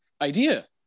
idea